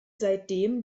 seitdem